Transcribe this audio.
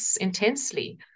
intensely